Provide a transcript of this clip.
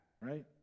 right